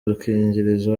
udukingirizo